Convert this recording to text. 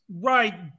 Right